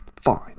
Fine